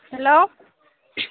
hello